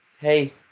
hey